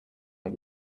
are